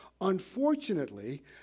Unfortunately